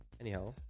anyhow